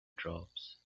drops